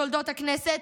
בתולדות הכנסת,